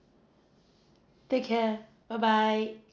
take care bye bye